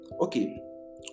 Okay